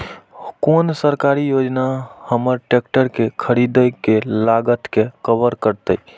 कोन सरकारी योजना हमर ट्रेकटर के खरीदय के लागत के कवर करतय?